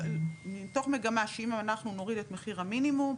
מתוך מגמה שאם אנחנו נוריד את מחיר המינימום,